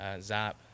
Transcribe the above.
Zap